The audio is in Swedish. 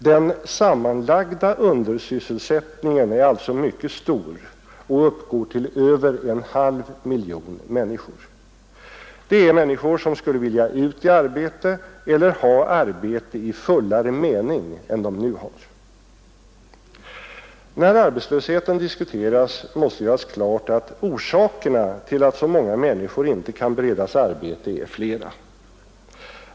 Den sammanlagda undersysselsättningen är alltså mycket stor och uppgår till över en halv miljon. Det är människor som skulle vilja ut i arbete eller ha arbete i fullare mening än de nu har. När arbetslösheten diskuteras måste det göras klart att orsakerna till att så många människor inte kan beredas arbete är flera.